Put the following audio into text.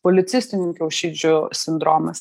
policistinių kiaušidžių sindromas